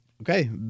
Okay